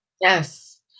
Yes